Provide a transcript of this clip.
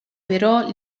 però